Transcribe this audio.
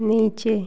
नीचे